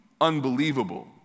unbelievable